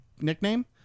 nickname